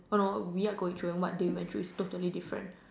uh no we are going through and what they went through is totally different